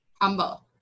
humble